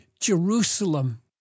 Jerusalem